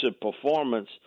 performance